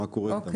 מה קורה איתן?